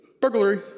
burglary